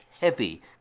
heavy